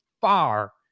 far